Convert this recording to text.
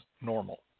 normal